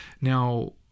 Now